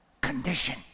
condition